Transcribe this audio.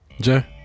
jay